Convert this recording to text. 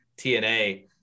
TNA